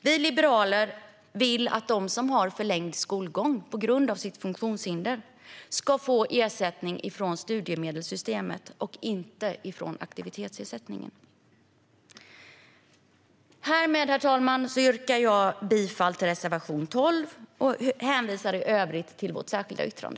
Vi liberaler vill att de som har förlängd skolgång på grund av sitt funktionshinder ska få ersättning från studiemedelssystemet och inte från aktivitetsersättningen. Herr talman! Härmed yrkar jag bifall till reservation 12 och hänvisar i övrigt till vårt särskilda yttrande.